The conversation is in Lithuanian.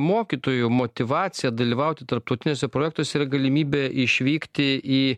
mokytojų motyvacija dalyvauti tarptautiniuose projektuose ir galimybė išvykti į